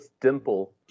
dimple